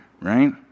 right